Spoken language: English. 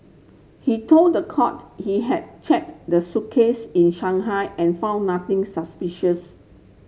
he told the court he had checked the suitcase in Shanghai and found nothing suspicious